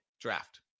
draft